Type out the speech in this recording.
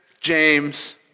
James